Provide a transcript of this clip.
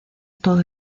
todo